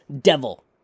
devil